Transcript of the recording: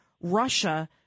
Russia